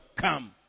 come